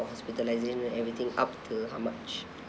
hospitalization everything up to how much